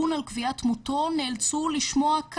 בהיבטים הצנזורליים אנחנו עובדים בהסכמות ובהבנות עם דובר צה"ל